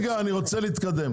רבותיי, אני רוצה להתקדם.